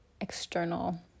external